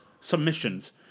submissions